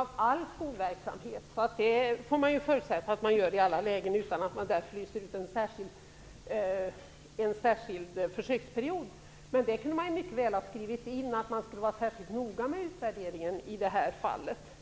det. All skolverksamhet skall ju utvärderas. Det får man förutsätta, utan att det anges att det rör sig om en särskild försöksperiod. Men det kunde mycket väl ha skrivits in att man skall vara särskilt noga med utvärderingen i det här fallet.